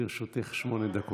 לרשותך שמונה דקות.